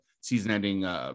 season-ending